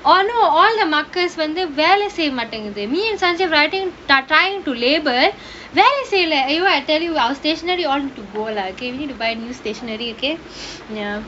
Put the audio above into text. oh no all the markers வந்து வேல செய்ய மாட்டங்குது:vanthu vela seyya maatanguthu me and sundari were already trying to label வேலை செய்யல:velai seyyala eh what I tell you our stationery all go lah okay we need to buy new stationery okay ya